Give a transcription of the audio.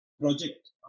project